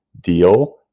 deal